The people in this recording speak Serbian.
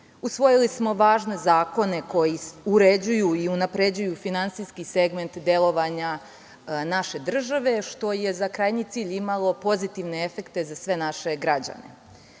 Usvojili smo važne zakone koji uređuju i unapređuju finansijski segment delovanja naše države, što je za krajnji cilj imalo pozitivne efekte za sve naše građane. Krajem